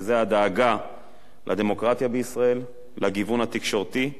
וזה הדאגה לדמוקרטיה בישראל, לגיוון התקשורתי,